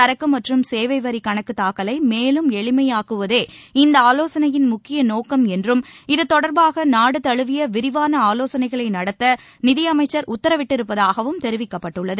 சரக்கு மற்றும் சேவை வரி கணக்கு தாக்கலை மேலும் எளிமையாக்குவதே இந்த ஆலோசனையின் முக்கிய நோக்கம் என்றும் இது தொடர்பாக நாடு தழுவிய விரிவான ஆலோசனைகளை நடத்த நிதியமைச்சர் உத்தரவிட்டிருப்பதாகவும் தெரிவிக்கப்பட்டுள்ளது